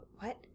What